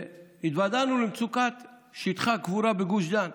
והתוודענו למצוקת שטחי הקבורה בגוש דן.